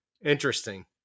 Interesting